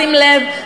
שים לב,